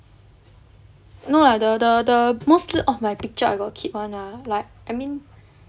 no lah the the the most of my picture I got keep [one] lah like I mean